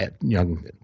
young